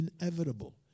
inevitable